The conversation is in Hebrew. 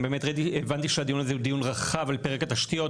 קודם כל אני הבנתי שהדיון הזה הוא דיון רחב על פרק התשתיות,